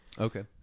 Okay